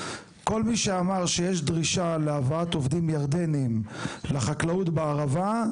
כל מי שאמר שיש דרישה להבאת עובדים ירדנים לחקלאות בערבה,